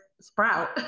Sprout